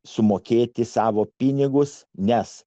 sumokėti savo pinigus nes